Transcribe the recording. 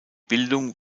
bildung